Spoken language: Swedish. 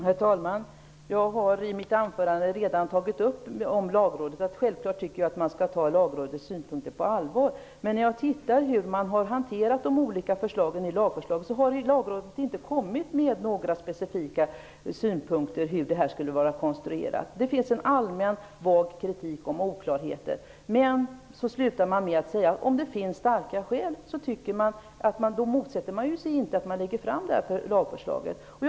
Herr talman! Jag har i mitt anförande redan tagit upp att man självfallet skall ta Lagrådets synpunkter på allvar. Men när jag ser på hur Lagrådet har hanterat de olika förslagen i lagförslaget finner jag att det inte har kommit med några specifika synpunkter på hur lagen skulle vara konstruerad. Det finns en allmän, vag, kritik om oklarheter. Men Lagrådet slutar med att säga att det inte motsätter sig att lagförskaget läggs fram om det finns starka skäl.